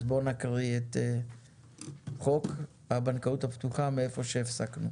אז בוא נקריא את חוק הבנקאות הפתוחה מאיפה שהפסקנו.